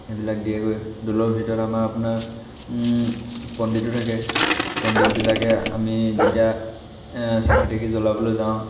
সেইবিলাক দিয়েগৈ দ'লৰ ভিতৰত আমাৰ আপোনাৰ পণ্ডিতো থাকে পণ্ডিতবিলাকে আমি যেতিয়া চাকি তাকি জ্বলাবলৈ যাওঁ